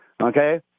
Okay